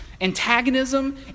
antagonism